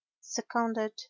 seconded